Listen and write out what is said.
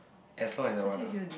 as long as I want ah